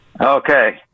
Okay